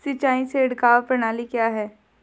सिंचाई छिड़काव प्रणाली क्या है?